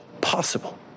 possible